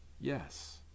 Yes